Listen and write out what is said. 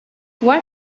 what